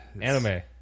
anime